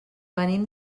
venim